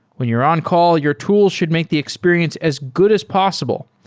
when you're on-call, your tool should make the experience as good as possible,